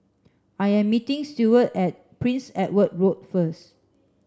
I am meeting Stewart at Prince Edward Road first